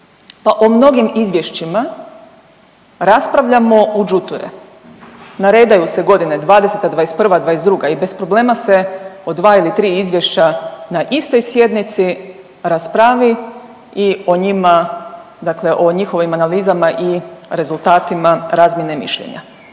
O mnogim izvješćima raspravljamo u đuture. Naredaju se godine 2020., 2021., 2022. i bez problema se od 2 ili 3 izvješća na istoj sjednici raspravi i o njima, dakle o njihovim analizama i rezultatima razmjene mišljenja.